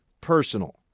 personal